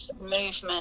movement